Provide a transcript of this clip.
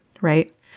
right